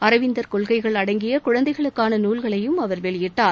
அரவிந்தர் கொள்கைகள் அடங்கிய குழந்தைகளுக்கான நூல்களையும் அவர் வெளியிட்டார்